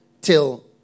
till